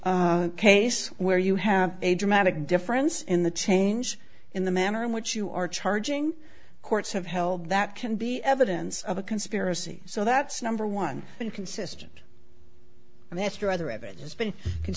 case where you have a dramatic difference in the change in the manner in which you are charging courts have held that can be evidence of a conspiracy so that's number one and consistent